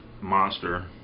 Monster